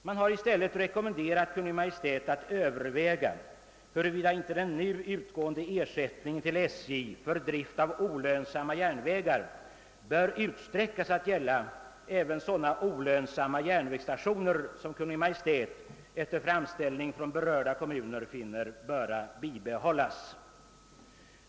Man har i stället rekommenderat Kungl. Maj:t att överväga, huruvida inte den nu utgående ersättningen till SJ för drift av olönsamma järnvägar bör utsträckas till att gälla även sådana olönsamma järnvägsstationer som Kungl. Maj:t efter framställning från berörda kommuner finner böra bibehållas.